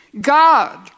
God